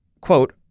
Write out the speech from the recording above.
quote